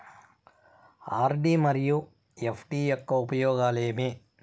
RD మరియు FD యొక్క ఉపయోగాలు ఏమి?